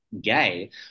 gay